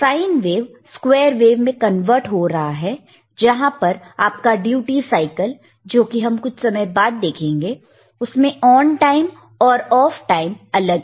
sign wave square wave में convert हो रहा है जहां पर आपका ड्यूटी साइकिल जो कि हम कुछ समय बाद देखेंगे उसमें ऑन टाइम और ऑफ टाइम अलग है